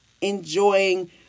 Enjoying